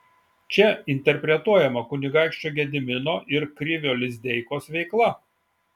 čia interpretuojama kunigaikščio gedimino ir krivio lizdeikos veikla